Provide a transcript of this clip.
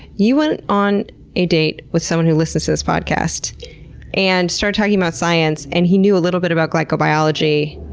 you went on a date with someone who listens to this podcast and started talking about science and he knew a little bit about glycobiology.